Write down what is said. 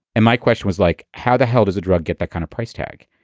and my question was like, how the hell does a drug get that kind of price tag?